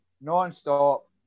non-stop